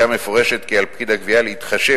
קביעה מפורשת כי על פקיד הגבייה להתחשב